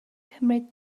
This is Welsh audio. cymryd